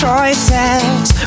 Choices